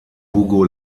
hugo